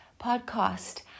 podcast